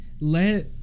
let